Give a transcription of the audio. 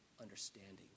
understanding